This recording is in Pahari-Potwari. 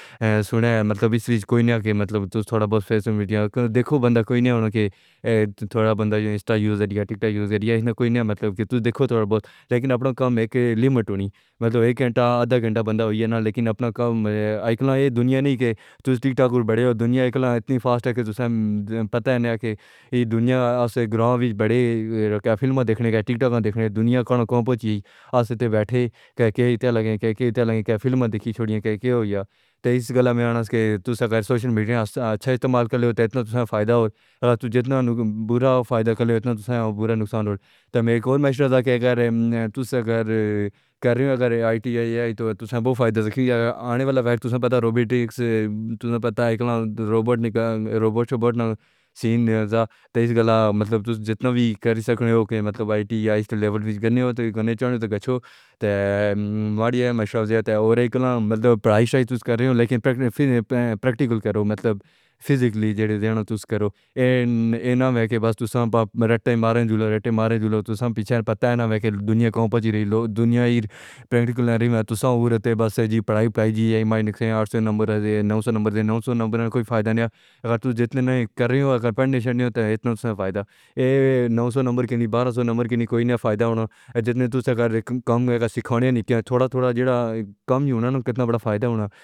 اے سنڑیاں، مطلب اِس وچ کوئی نیاں کہ تس تھوڑا بہت سوشل میڈیا دیکھو۔ مطلب ایہ نئیں کہ کوئی تہاکوں منع کرے کہ انسٹا یا ٹک ٹاک بالکل نہ ورتو، پر اپݨے کم دی حد ضرور رکھو۔ گھنٹہ بھر یا اَڋا گھنٹہ توں زیادہ نہ ہووے۔ دنیا اِتنی تیز چلدی پئی اے، تساں جے صرف ٹک ٹاک تے فلماں ݙیکھݨ وچ ہی لڳے رہو، تاں پِچھے رہ ویسو۔ سوشل میڈیا کوں اَچھے کماں کیتے ورتو، فائدہ تھیسی۔ پر جیڑا نقصان کر گھِنسو، اوہو بھروسی۔ ہک ٻیا مشورہ ݙیواں، جے تساں آئی ٹی یا اے آئی وچ کم کرݨ چاہندے ہو، تاں ہُݨ دا وقت ݙیکھو۔ روبوٹکس تے آٹومیشن دا ڄَم ڄَکݨ پیا ہِے۔ جِتنا ہو سڳے اِیں فیلڈ وچ مہارت حاصل کرو۔ صرف رٹّے مار کے نمبر نہ گِھنو، عملی کم تے دھیان ݙیو۔ اٹھ سو نمبر ہوون یا نو سو ، بے فائدہ ہِن جے عملی ڄاݨ نہ ہووے۔ اصل فائدہ اِیہو اے کہ جیڑا ہنر سکھو، اوہ روزگار دے کم آوے۔ تھوڑا تھوڑا کر کے ہر ہک شے سِکھو، اِیہو اصل فائدہ ہِے۔